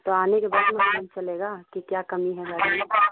अब तो आने के बाद मालूम चलेगा कि कमी है